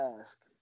ask